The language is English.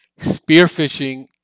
Spearfishing